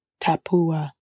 Tapua